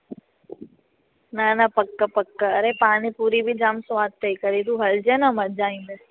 न न पक पक अरे पानीपूरी बि जाम स्वादु अथई कॾहि तूं हलजइ न मजा ईंदइ